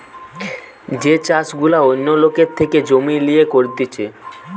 যে চাষ গুলা অন্য লোকের থেকে জমি লিয়ে করতিছে